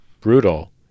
brutal